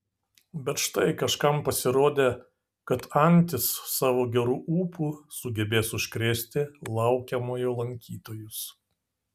bet štai kažkam pasirodė kad antys savo geru ūpu sugebės užkrėsti laukiamojo lankytojus